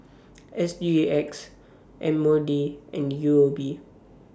S G X M O D and U O B